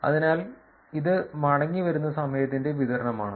അതിനാൽ ഇത് മടങ്ങിവരുന്ന സമയത്തിന്റെ വിതരണമാണ്